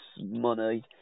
money